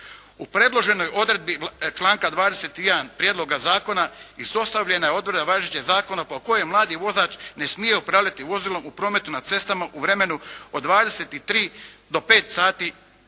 U predloženoj odredbi članka 21. prijedloga zakona izostavljena je odredba važećeg zakona po kojoj mladi vozač ne smije upravljati vozilom u prometu na cestama u vremenu od 23 do 5 sati